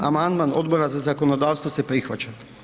Amandman Odbora za zakonodavstvo se prihvaća.